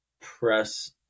press